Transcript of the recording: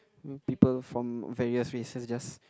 people from various races just